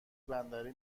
بندری